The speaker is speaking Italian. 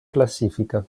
classifica